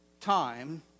time